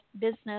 business